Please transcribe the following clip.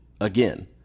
again